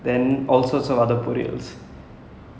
eh வேற:vera chinese eight course dinner din~